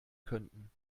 könnten